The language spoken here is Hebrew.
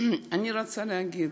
אני רוצה להגיד,